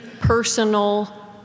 personal